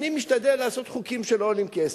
אני משתדל לעשות חוקים שלא עולים כסף.